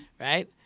right